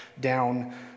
down